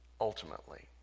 ultimately